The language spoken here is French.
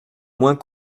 moins